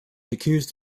accused